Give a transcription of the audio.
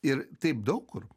ir taip daug kur